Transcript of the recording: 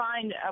find